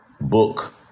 book